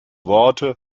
worte